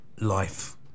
life